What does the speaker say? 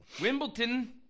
Wimbledon